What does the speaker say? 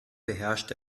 beherrscht